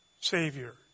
Savior